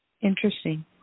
Interesting